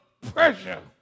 pressure